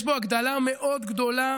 יש פה הגדלה מאוד גדולה